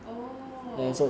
oh~